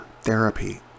therapy